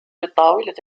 الطاولة